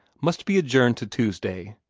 must be adjourned to tuesday.